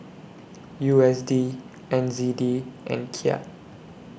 U S D N Z D and Kyat